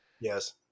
Yes